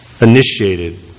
initiated